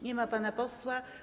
Nie ma pana posła.